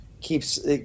keeps